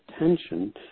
attention